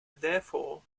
therefore